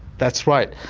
that's right.